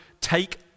take